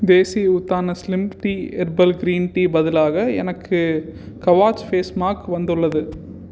தேசி உத்தனஸ் slim tea herbal green tea பதிலாக எனக்கு கவாச் ஃபேஸ் மாக் வந்துள்ளது